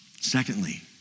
Secondly